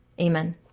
Amen